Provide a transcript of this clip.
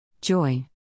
Joy